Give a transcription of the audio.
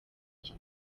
kina